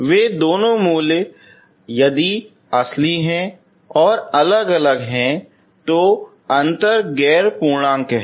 वे दो जड़ें यदि वे असली हैं अगर वे अलग हैं तो अंतर गैर पूर्णांक है